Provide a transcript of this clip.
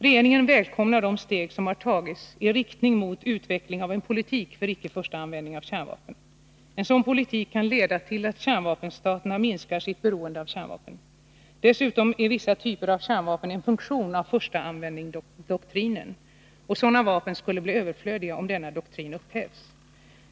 Regeringen välkomnar de steg som har tagits i riktning mot utveckling av en politik för icke första användning av kärnvapen. En sådan politik kan leda till att kärnvapenstaterna minskar sitt beroende av kärnvapen. Dessutom är vissa typer av kärnvapen en funktion av förstaanvändningsdoktrinen. Sådana vapen skulle bli överflödiga om denna doktrin upphävs.